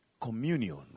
communion